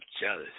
jealous